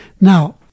Now